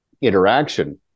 interaction